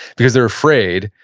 because they're afraid,